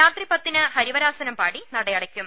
രാത്രി പത്തിന് ഹരിവരാസനും പൂടി നട അടയ്ക്കും